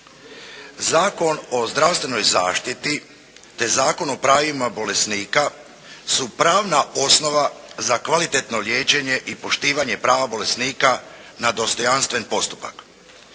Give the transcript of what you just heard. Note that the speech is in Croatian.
Zakon o zdravstvenoj zaštiti te Zakon o pravima bolesnika su pravna osnova za kvalitetno liječenje i poštivanje prava bolesnika na dostojanstven postupak.